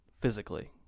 physically